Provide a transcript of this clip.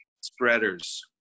spreaders